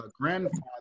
grandfather